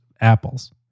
apples